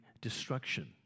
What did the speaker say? destruction